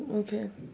okay